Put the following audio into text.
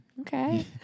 Okay